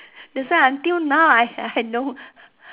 that's why until now I I know